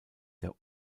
der